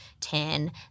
ten